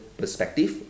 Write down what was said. perspective